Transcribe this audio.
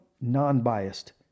non-biased